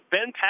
Ben